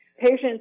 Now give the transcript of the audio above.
Patients